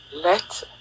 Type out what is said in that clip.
Let